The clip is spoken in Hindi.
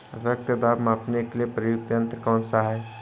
रक्त दाब मापने के लिए प्रयुक्त यंत्र कौन सा है?